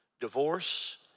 divorce